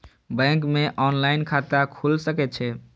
Bank में online खाता खुल सके छे?